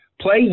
play